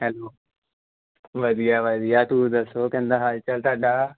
hello ਵਧੀਆ ਵਧੀਆ ਤੂੰ ਦੱਸੋ ਕਿੱਦਾਂ ਹਾਲਚਾਲ ਤੁਹਾਡਾ